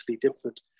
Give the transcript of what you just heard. different